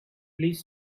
please